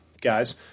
guys